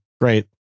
great